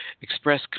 express